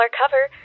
cover